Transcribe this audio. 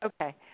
Okay